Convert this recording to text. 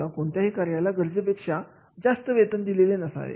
किंवा कोणत्याही कार्याला गरजेपेक्षा जास्त वेतन दिले नसावे